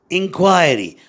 inquiry